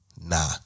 nah